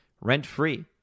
Rent-free